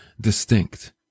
distinct